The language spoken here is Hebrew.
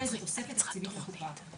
זה תוספת תקציבית לקופה.